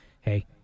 hey